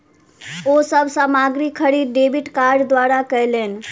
ओ सब सामग्री खरीद डेबिट कार्ड द्वारा कयलैन